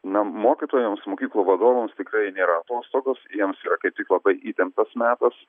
na mokytojams mokyklų vadovams tikrai nėra atostogos jiems yra kaip tik labai įtemptas metas